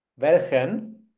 Welchen